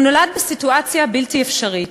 הוא נולד בסיטואציה בלתי אפשרית,